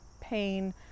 pain